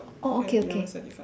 oh okay okay